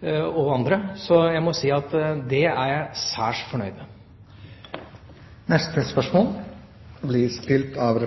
og andre, så jeg må si at det er jeg særs fornøyd med. Jeg har